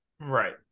Right